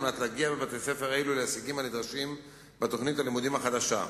כדי להגיע בבתי-ספר אלו להישגים הנדרשים בתוכנית הלימודים החדשה,